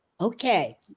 Okay